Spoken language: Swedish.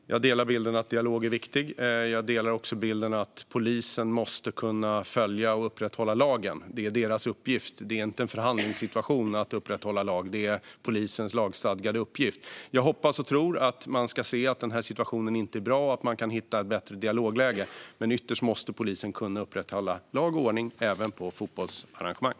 Fru talman! Jag delar bilden att det är viktigt med dialog. Jag delar också bilden att polisen måste kunna följa och upprätthålla lagen. Det är deras uppgift. Det är inte en förhandlingssituation att upprätthålla lag. Det är polisens lagstadgade uppgift. Jag hoppas och tror att man ska se att denna situation inte är bra och att man kan hitta ett bättre dialogläge. Men ytterst måste polisen kunna upprätthålla lag och ordning även på fotbollsarrangemang.